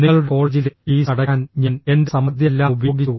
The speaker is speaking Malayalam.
നിങ്ങളുടെ കോളേജിലെ ഫീസ് അടയ്ക്കാൻ ഞാൻ എന്റെ സമ്പാദ്യമെല്ലാം ഉപയോഗിച്ചു